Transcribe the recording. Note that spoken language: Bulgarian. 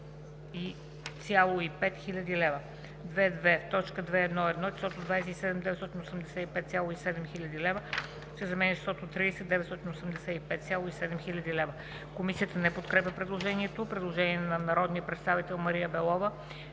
Комисията не подкрепя предложението. Предложение на народния представител Мария Белова